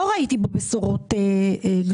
לא ראיתי בו בשורות גדולות,